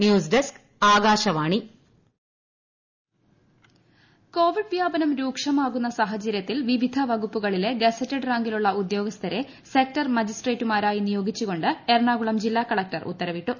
news desk Akashvani Ernakulam collector Covid വ്യാപനം രൂക്ഷമാകുന്ന സാഹചര്യത്തിൽ വിവിധ വകുപ്പുകളിലെ ഗസറ്റഡ് റാങ്കിലുള്ള ഉദ്യോഗസ്ഥരെ സെക്ടർ മജിസ്ട്രേറ്റുമാരായി നിയോഗിച്ചു കൊണ്ട് എറണാകുളം കളക്ടർ ഉത്തരവിട്ടു